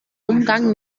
umgang